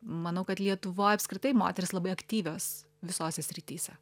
manau kad lietuvoj apskritai moterys labai aktyvios visose srityse